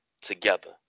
together